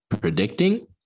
predicting